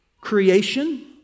Creation